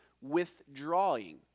withdrawing